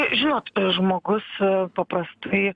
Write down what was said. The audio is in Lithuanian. žinot žmogus paprastai